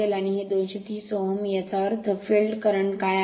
आणि हे 230 Ω आहे याचा अर्थ फील्ड करंट काय आहे